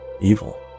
evil